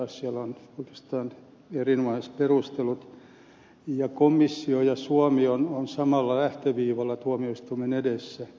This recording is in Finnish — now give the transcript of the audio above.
lausunnossa on oikeastaan erinomaiset perustelut ja komissio ja suomi ovat samalla lähtöviivalla tuomioistuimen edessä